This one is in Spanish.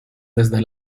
desde